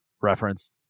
reference